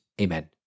Amen